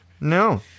No